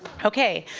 okay,